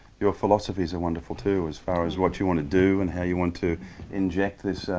your philosophies are wonderful too, as far as, what you want to do and how you want to inject this,